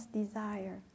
desire